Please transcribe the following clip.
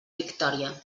victòria